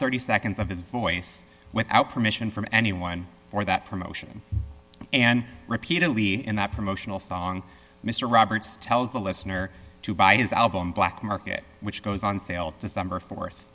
thirty seconds of his voice without permission from anyone for that promotion and repeatedly in that promotional song mr roberts tells the listener to buy his album black market which goes on sale december